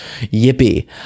Yippee